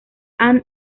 ann